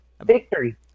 victory